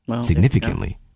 significantly